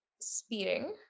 speeding